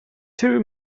two